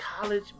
college